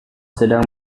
sedang